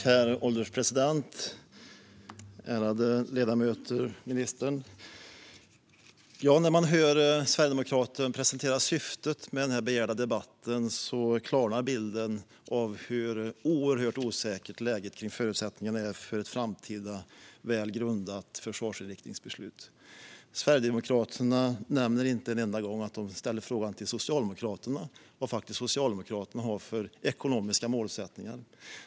Herr ålderspresident, ärade ledamöter och ministern! När man hör sverigedemokraten presentera syftet med den här begärda debatten klarnar bilden av hur oerhört osäkert läget kring förutsättningarna är för ett framtida väl grundat försvarsinriktningsbeslut. Sverigedemokraterna nämner inte en enda gång att de ställde frågan till Socialdemokraterna vad de faktiskt har för ekonomiska målsättningar.